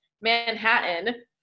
Manhattan